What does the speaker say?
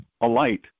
alight